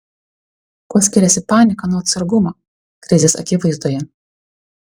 kuo skiriasi panika nuo atsargumo krizės akivaizdoje